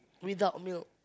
without milk